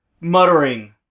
muttering